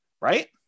right